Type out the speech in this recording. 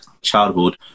childhood